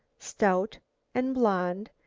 stout and blond,